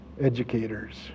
educators